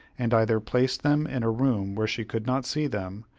and either placed them in a room where she could not see them,